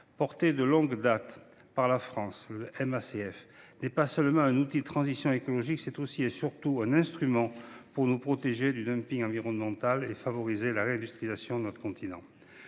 de longue date par la France, le MACF n’est pas seulement un outil de transition écologique : c’est aussi et surtout un instrument visant à nous protéger du dumping environnemental et à favoriser la réindustrialisation de notre continent.